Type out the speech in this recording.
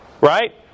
Right